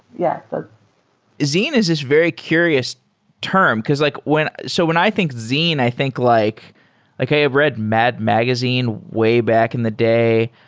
yeah but zine is this very curious term. like when so when i think zine, i think like like i have read mad magazine way back in the day.